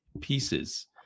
pieces